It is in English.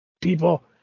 People